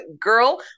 girl